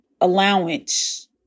allowance